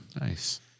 nice